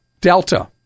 Delta